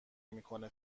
میکنه